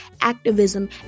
activism